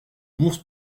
bourse